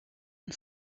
and